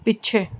ਪਿੱਛੇ